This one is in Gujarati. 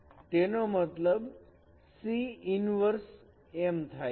તેનો મતલબ c ઈન્વર્સ એમ થાય છે